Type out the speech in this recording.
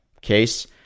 case